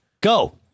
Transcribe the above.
Go